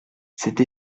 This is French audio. cette